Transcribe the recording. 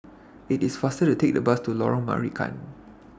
IT IS faster to Take The Bus to Lorong Marican